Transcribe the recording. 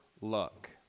luck